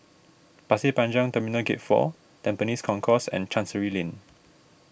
Pasir Panjang Terminal Gate four Tampines Concourse and Chancery Lane